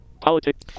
Politics